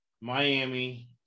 Miami